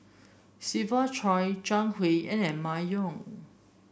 Siva Choy Zhang Hui and Emma Yong